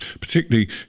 particularly